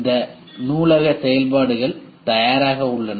இந்த நூலக செயல்பாடுகள் தயாராக உள்ளன